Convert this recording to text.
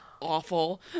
awful